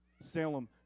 Salem